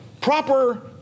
proper